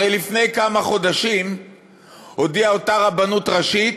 הרי לפני כמה חודשים הודיעה אותה רבנות ראשית